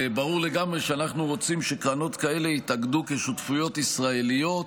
וברור לגמרי שאנחנו רוצים שקרנות כאלה יתאגדו כשותפויות ישראליות.